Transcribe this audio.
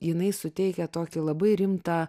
jinai suteikia tokį labai rimtą